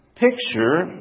picture